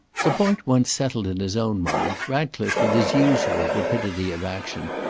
the point once settled in his own mind, ratcliffe, with his usual rapidity of action,